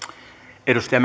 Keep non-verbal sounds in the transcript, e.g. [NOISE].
arvoisa [UNINTELLIGIBLE]